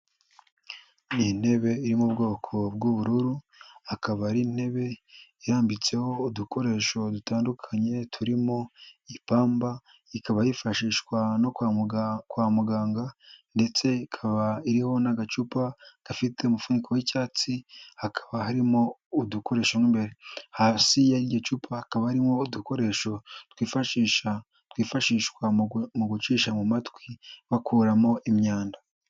Ni intebe iri mu bwoko bw'ubururu akaba ari intebe irambitseho udukoresho dutandukanye turimo ipamba ikaba yifashishwa no kwa muganga ndetse ikaba iriho n'agacupa gafite umufuniko w'icyatsi hakaba haririmo udukoresho mo imbere, hasi y'iryo cupa hakaba harimo udukoresho twifashisha twifashishwa mu gucisha mu matwi bakuramo imyanda.